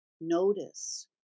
Notice